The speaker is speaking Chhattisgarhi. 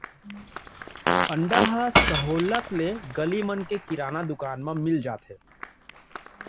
अंडा ह सहोल्लत ले गली मन के किराना दुकान म मिल जाथे